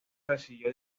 recibió